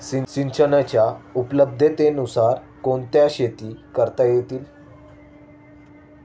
सिंचनाच्या उपलब्धतेनुसार कोणत्या शेती करता येतील?